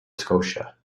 scotia